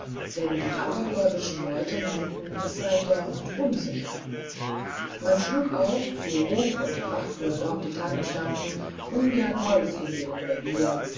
denn die abergläubischen leute meinten es sei dort unsicher man schlug auch so hoch und prachtvoll dort die tannen standen ungern holz in jenem revier